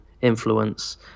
influence